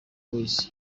boyz